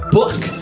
book